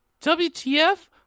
WTF